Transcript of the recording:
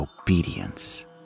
obedience